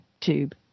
tube